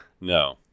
No